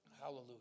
Hallelujah